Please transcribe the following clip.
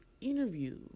interview